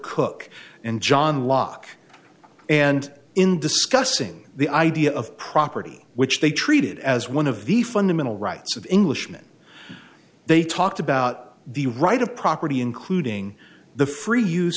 cook and john locke and in discussing the idea of property which they treated as one of the fundamental rights of english when they talked about the right of property including the free use